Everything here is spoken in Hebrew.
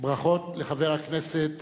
ברכות לחבר הכנסת